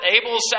Abel's